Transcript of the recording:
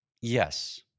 Yes